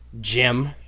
Jim